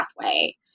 pathway